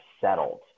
settled